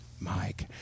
Mike